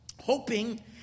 hoping